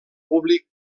públic